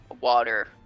water